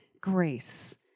grace